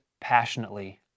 passionately